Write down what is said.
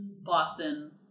Boston